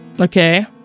Okay